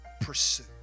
pursue